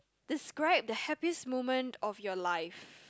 describe the happiest moment of your life